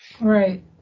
Right